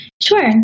Sure